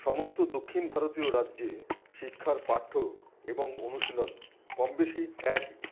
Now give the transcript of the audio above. সমস্ত দক্ষিণ ভারতীয় রাজ্যে শিক্ষার পাঠ্য এবং অনুশীলন কম বেশি একই